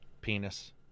Penis